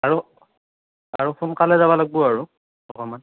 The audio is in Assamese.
আৰু আৰু সোনকালে যাবা লাগবো আৰু অকণমান